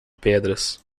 pedras